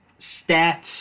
stats